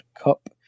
Cup